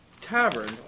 tavern